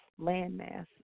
landmass